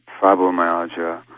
fibromyalgia